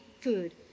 food